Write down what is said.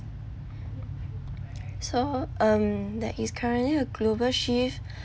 so um there is currently a global shift